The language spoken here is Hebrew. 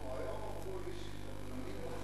למה הן תקועות היום?